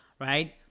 Right